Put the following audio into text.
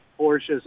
Porsche's